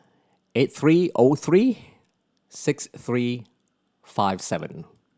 eight three O three six three five seven